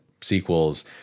sequels